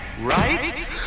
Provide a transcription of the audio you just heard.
Right